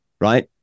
right